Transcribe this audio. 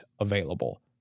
available